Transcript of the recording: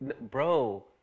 Bro